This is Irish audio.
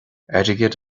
airgead